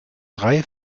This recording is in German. drei